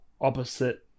opposite